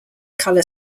color